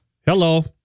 Hello